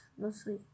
mostly